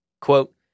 Quote